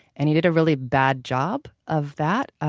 and he did a really bad job of that,